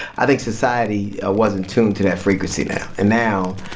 i think society wasn't tuned to that frequency now. and now,